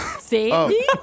See